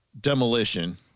Demolition